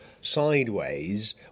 sideways